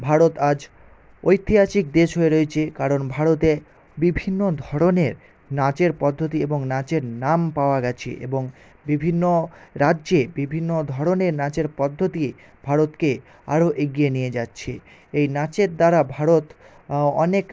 ভারত আজ ঐতিহাসিক দেশ হয়ে রয়েছে কারণ ভারতে বিভিন্ন ধরণের নাচের পদ্ধতি এবং নাচের নাম পাওয়া গেছে এবং বিভিন্ন রাজ্যে বিভিন্ন ধরণের নাচের পদ্ধতি ভারতকে আরও এগিয়ে নিয়ে যাচ্ছে এই নাচের দ্বারা ভারত অনেক